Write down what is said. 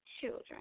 children